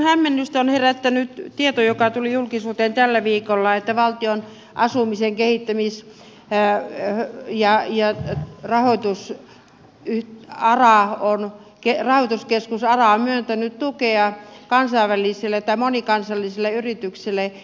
hiukan hämmennystä on herättänyt tieto joka tuli julkisuuteen tällä viikolla että valtion asumisen kehittämis päälle ja jäi rahoitus ei enää rahoituskeskus ara on myöntänyt tukea kansainvälisille tai monikansallisille yrityksille